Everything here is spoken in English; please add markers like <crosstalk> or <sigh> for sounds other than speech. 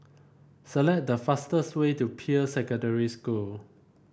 select the fastest way to <unintelligible> Secondary School